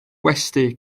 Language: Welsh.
gwesty